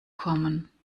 kommen